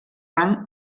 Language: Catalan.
rang